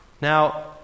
Now